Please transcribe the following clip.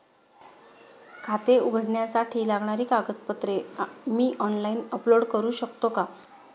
खाते उघडण्यासाठी लागणारी कागदपत्रे मी ऑनलाइन अपलोड करू शकतो का?